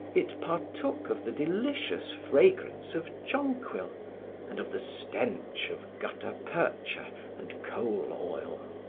it partook of the delicious fragrance of jonquil and of the stench of gutta percha and coal oil.